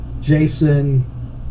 Jason